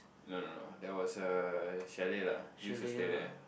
no no no there was a chalet lah used to stay there